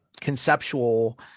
conceptual